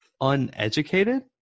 uneducated